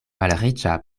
malriĉa